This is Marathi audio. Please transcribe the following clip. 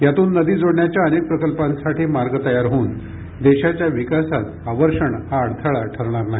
यातून नदी जोडण्याच्या अनेक प्रकल्पांसाठी मार्ग तयार होऊन देशाच्या विकासात अवर्षण हा अडथळा ठरणार नाही